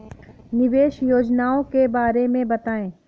निवेश योजनाओं के बारे में बताएँ?